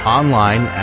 online